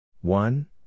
one